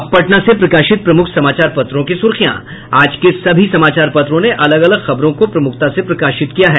अब पटना से प्रकाशित प्रमुख समाचार पत्रों की सुर्खियां आज के सभी समाचार पत्रों ने अलग अलग खबरों को प्रमुखता से प्रकाशित किया है